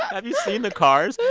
have you seen the cars?